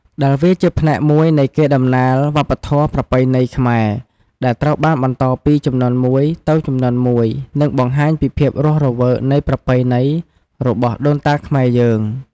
ដែលវាជាផ្នែកមួយនៃកេរដំណែលវប្បធម៌ប្រពៃណីខ្មែរ ដែលត្រូវបានបន្តពីជំនាន់មួយទៅជំនាន់មួយនិងបង្ហាញពីភាពរស់រវើកនៃប្រពៃណីរបស់ដូនតាខ្មែរយើង។